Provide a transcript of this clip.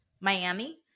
Miami